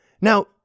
Now